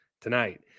tonight